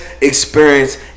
experience